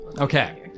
okay